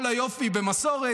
כל היופי במסורת,